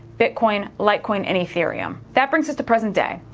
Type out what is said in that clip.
bitcoin, litecoin and ethereum. that brings us to present day,